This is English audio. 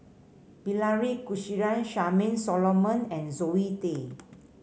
Bilahari Kausikan Charmaine Solomon and Zoe Tay